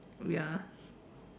ya